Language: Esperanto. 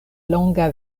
longa